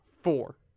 Four